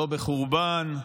לא בחורבן,